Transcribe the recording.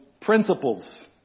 principles